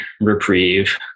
reprieve